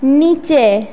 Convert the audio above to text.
নীচে